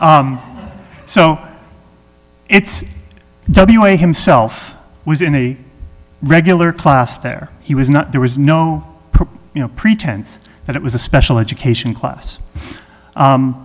so it's w a himself was in a regular class there he was not there was no you know pretense that it was a special education class